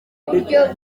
uburyo